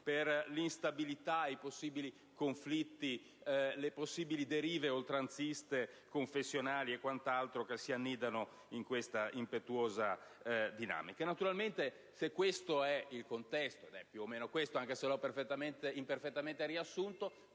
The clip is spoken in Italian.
per l'instabilità e per i possibili conflitti, le possibili derive oltranziste e confessionali che si annidano in questa impetuosa dinamica. Naturalmente, se questo è il contesto (ed è più o meno questo, anche se l'ho imperfettamente riassunto)